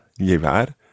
llevar